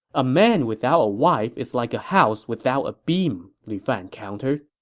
a man without a wife is like a house without a beam, lu fan countered.